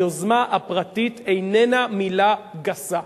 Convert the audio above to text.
היוזמה הפרטית איננה מלה גסה.